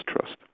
trust